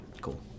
cool